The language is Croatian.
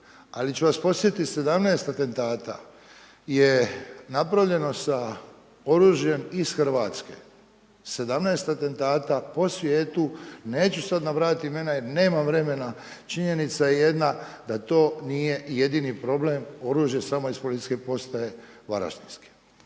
Ali ću vas podsjetit 17 atentata je napravljeno sa oružjem iz Hrvatske, 17 atentata po svijetu, neću sada nabrajat imena jer nemam vremena. Činjenica je jedna da to nije jedini problem samo iz Policijske postaje Varaždinske.